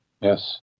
Yes